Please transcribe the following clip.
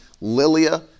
Lilia